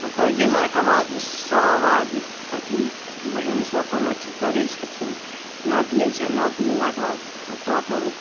तऽ गेलाके बाद सब आदमी अथी बहिनसँ अपन अथी करै छथिन नौत लै छथिन आओर नौत लेलाके बाद ओतऽ अपन